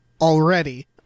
already